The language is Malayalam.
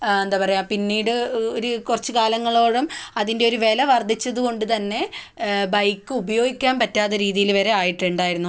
എന്താണ് പറയുക പിന്നീട് ഒരു കുറച്ചു കാലങ്ങളോളം അതിൻ്റെ ഒരു വില വർദ്ധിച്ചത് കൊണ്ട് തന്നെ ബൈക്ക് ഉപയോഗിക്കാൻ പറ്റാതെ രീതിയിൽ വരെ ആയിട്ടുണ്ടായിരുന്നു